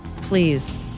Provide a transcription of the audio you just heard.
Please